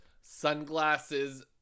sunglasses